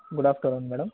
good afternoon madam